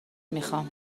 میخام